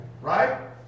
Right